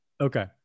Okay